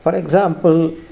for example